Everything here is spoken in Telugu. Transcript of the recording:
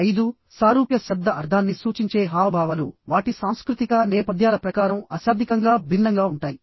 ఐదు సారూప్య శబ్ద అర్థాన్ని సూచించే హావభావాలు వాటి సాంస్కృతిక నేపథ్యాల ప్రకారం అశాబ్దికంగా భిన్నంగా ఉంటాయి